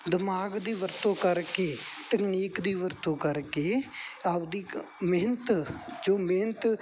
ਦਿਮਾਗ ਦੀ ਵਰਤੋਂ ਕਰਕੇ ਤਕਨੀਕ ਦੀ ਵਰਤੋਂ ਕਰਕੇ ਆਪਣੀ ਮਿਹਨਤ ਜੋ ਮਿਹਨਤ